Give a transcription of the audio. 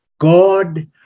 God